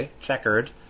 checkered